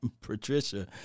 Patricia